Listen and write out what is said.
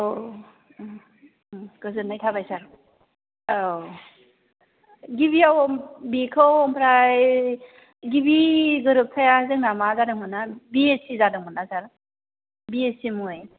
औ गोजोन्नाय थाबाय सार औ गिबियाव बेखौ ओमफ्राइ गिबि गोरोबथाया जोंना मा जादोंमोन ना बिएसि जादोंमोन ना सार बि ए सि मुङै